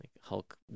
Hulk